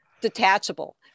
detachable